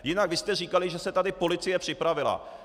Jinak vy jste říkali, že se tady policie připravila.